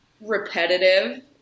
repetitive